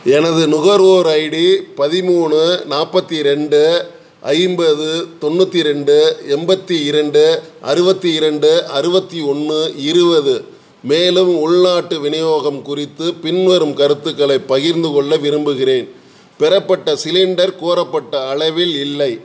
எனது நுகர்வோர் ஐடி பதிமூணு நாற்பத்தி ரெண்டு ஐம்பது தொண்ணூற்றி ரெண்டு எண்பத்தி இரண்டு அறுபத்தி இரண்டு அறுபத்தி ஒன்று இருபது மேலும் உள்நாட்டு விநியோகம் குறித்து பின்வரும் கருத்துக்களைப் பகிர்ந்து கொள்ள விரும்புகிறேன் பெறப்பட்ட சிலிண்டர் கோரப்பட்ட அளவில் இல்லை